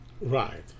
right